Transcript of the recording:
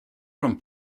from